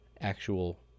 actual